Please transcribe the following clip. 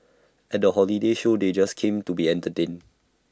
at the holiday show they just came to be entertained